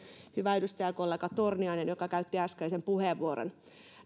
hyvä edustajakollega torniainen joka käytti äskeisen puheenvuoron